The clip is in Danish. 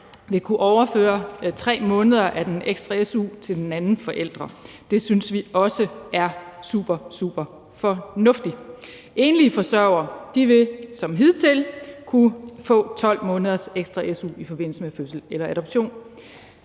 vil kunne overføre 3 måneder af den ekstra su til den anden forælder, og det synes vi også er supersuperfornuftigt. Enlige forsørgere vil som hidtil kunne få 12 måneders ekstra su i forbindelse med fødsel eller adoption.